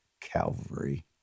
Calvary